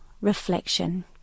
reflection